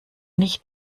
nicht